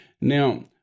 Now